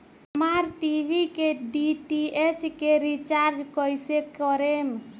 हमार टी.वी के डी.टी.एच के रीचार्ज कईसे करेम?